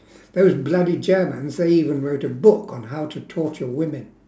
those bloody germans they even wrote a book on how to torture women